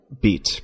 beat